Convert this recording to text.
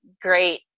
great